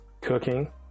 cooking